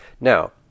Now